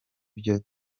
byo